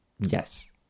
Yes